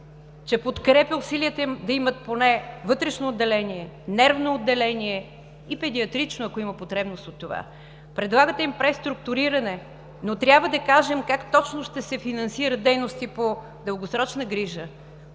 че подкрепя усилията им да имат поне вътрешно отделение, нервно отделение и педиатрично, ако има потребност от това. Предлагате им преструктуриране, но трябва да кажем как точно ще се финансират дейности по дългосрочна грижа